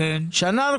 שנה.